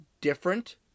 different